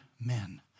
men